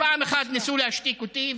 פעם אחת ניסו להשתיק אותי,